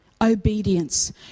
Obedience